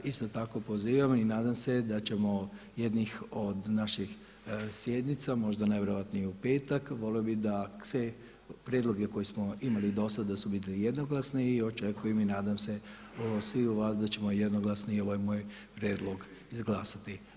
Isto tako pozivam i nadam se da ćemo jednih od naših sjednica možda najvjerojatnije u petak, volio bi da sve prijedloge koje smo imali do sada da su bili jednoglasni i očekujem i nadam se od svih vas da ćemo jednoglasno i ovaj moj prijedlog izglasati.